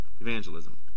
evangelism